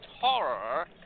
horror